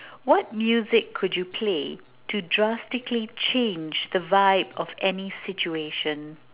what music could you play to drastically to change the vibe of any situation